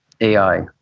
AI